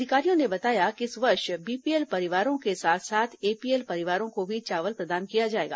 अधिकारियों ने बताया कि इस वर्ष बीपीएल परिवारों के साथ साथ एपीएल परिवारों को भी चावल प्रदान किया जाएगा